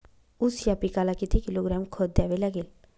ऊस या पिकाला किती किलोग्रॅम खत द्यावे लागेल?